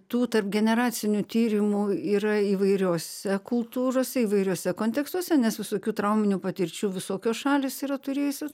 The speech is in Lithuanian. tų tarpgeneracinių tyrimų yra įvairiose kultūrose įvairiuose kontekstuose nes visokių trauminių patirčių visokios šalys yra turėjusios